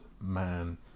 man